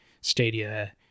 Stadia